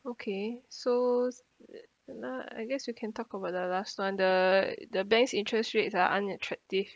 okay so uh uh I guess we can talk about the last one the the bank's interest rates are unattractive